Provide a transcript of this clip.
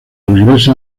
regrese